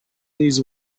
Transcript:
these